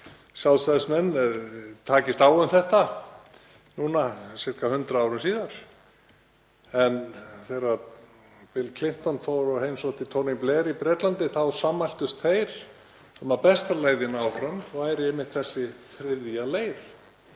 Sjálfstæðismenn takist á um þetta núna sirka 100 árum síðar. Þegar Bill Clinton heimsótti Tony Blair í Bretlandi þá sammæltust þeir um að besta leiðin áfram væri einmitt þessi þriðja leið,